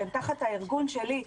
שהם תחת הארגון שלי.